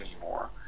anymore